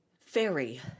Fairy